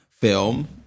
film